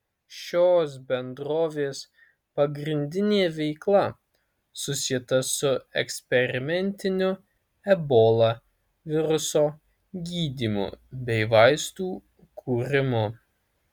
šios bendrovės pagrindinė veikla susieta su eksperimentiniu ebola viruso gydymu bei vaistų kūrimu